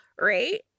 Right